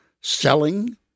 selling